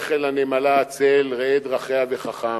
לך אל הנמלה עצל, ראה דרכיה וחכם.